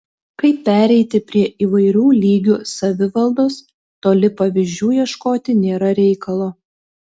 kaip pereiti prie įvairių lygių savivaldos toli pavyzdžių ieškoti nėra reikalo